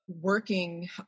working